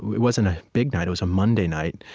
it wasn't a big night. it was a monday night.